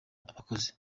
abakozi